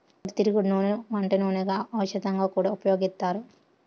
పొద్దుతిరుగుడు నూనెను వంట నూనెగా, ఔషధంగా కూడా ఉపయోగిత్తారు